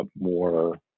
more